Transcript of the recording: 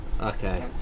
Okay